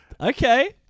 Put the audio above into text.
Okay